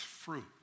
fruit